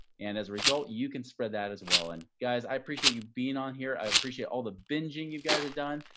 and as a result, you can spread that as well. and guys, i appreciate you being on here. i appreciate all the bingeing you guys have done.